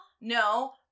No